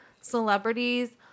celebrities